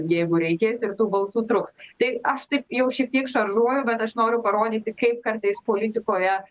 jeigu reikės ir tų balsų truks tai aš taip jau šiek tiek šaržuoju bet aš noriu parodyti kaip kartais politikoje